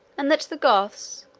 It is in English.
and that the goths,